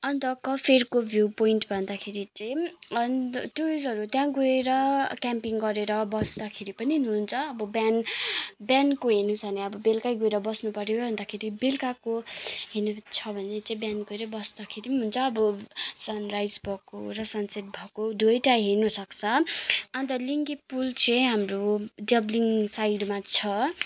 अन्त कफेरको view point भन्दाखेरि चाहिँ टुरिस्टहरू त्यहाँ गएर क्यामपिङ गरेर बस्दाखेरि पनि हुन्छ अब बिहान बिहानको हेर्नु छ भने अब बेलुकै गएर बस्नु पऱ्यो अन्तखेरि बेलुकाको हेर्नु छ भने चाहिँ बिहान गएर बस्दाखेरि पनि हुन्छ अब सनराइज भएको र सनसेट भएको दुइटै हेर्नु सक्छ अन्त लिङ्गे पुल चाहिँ हाम्रो डाबलिङ साइडमा छ